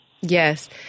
Yes